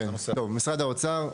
כן, טוב, משרד האוצר.